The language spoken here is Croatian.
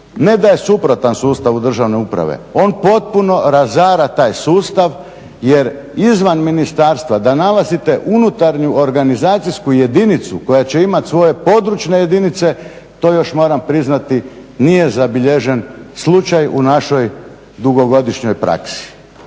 ne da je suprotan sustavu državne uprave on potpuno razara taj sustav jer izvan ministarstva da nalazite unutarnju organizacijsku jedinicu koja će imati svoje područne jedinice to još moram priznati nije zabilježen slučaj u našoj dugogodišnjoj praksi